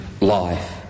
life